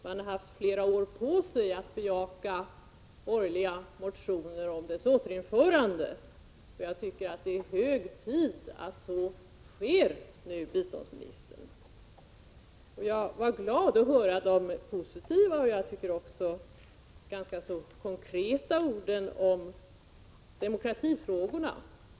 Man har haft flera år på sig att biträda borgerliga motioner om anslagets återinförande, och jag tycker det är hög tid, biståndsministern, att anslaget nu återinförs. Jag blev glad att höra de positiva och, tycker jag, också ganska konkreta beskeden om demokratifrågorna.